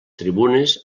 tribunes